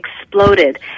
exploded